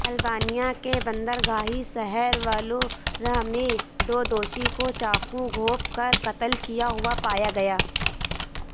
البانیہ کے بندرگاہی شہر ولورہ میں دو دوشی کو چاقو گھوپ کر قتل کیا ہوا پایا گیا